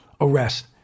arrest